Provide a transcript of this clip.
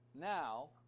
now